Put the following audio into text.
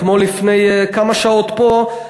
כמו לפני כמה שעות פה,